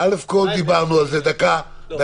דיברנו על זה, אבל